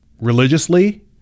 religiously